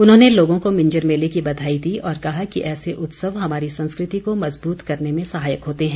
उन्होंने लोगों को मिंजर मेले की बधाई दी और कहा कि ऐसे उत्सव हमारी संस्कृति को मजबूत करने में सहायक होते हैं